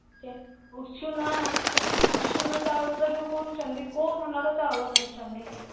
ଯେ ଉଷୁନା ଉଷୁନା ଚାଉଳଟା ଯେଉଁ କରୁଛନ୍ତି କେଉଁ ଧାନର ଚାଉଳ କରୁଛନ୍ତି